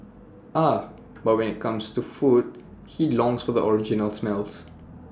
ah but when IT comes to food he longs for the original smells